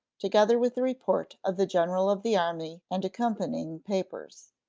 together with the report of the general of the army and accompanying papers.